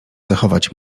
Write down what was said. zachować